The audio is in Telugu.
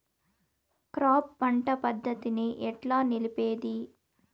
క్రాప్ పంట పద్ధతిని ఎట్లా నిలిపేది?